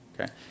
okay